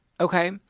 Okay